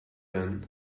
then